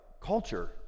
culture